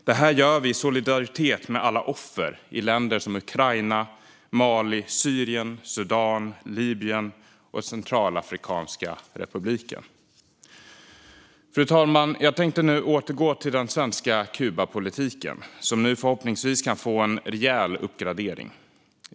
Det här gör vi i solidaritet med alla offer i länder som Ukraina, Mali, Syrien, Sudan, Libyen och Centralafrikanska republiken. Fru talman! Jag tänkte nu återgå till den svenska Kubapolitiken, som nu förhoppningsvis kan få en rejäl uppgradering.